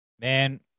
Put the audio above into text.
man